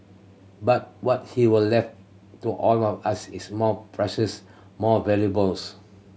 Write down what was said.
but what he were left to all of us is more precious more valuables